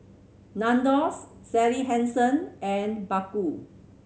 Nandos Sally Hansen and Baggu